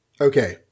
Okay